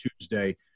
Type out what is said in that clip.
Tuesday